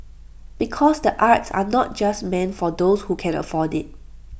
because the arts are not just meant for those who can afford IT